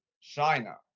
China